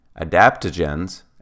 Adaptogens